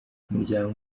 umuryango